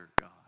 God